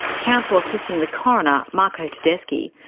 counsel assisting the coroner, marco tedeschi,